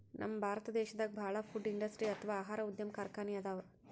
ನಮ್ ಭಾರತ್ ದೇಶದಾಗ ಭಾಳ್ ಫುಡ್ ಇಂಡಸ್ಟ್ರಿ ಅಥವಾ ಆಹಾರ ಉದ್ಯಮ್ ಕಾರ್ಖಾನಿ ಅದಾವ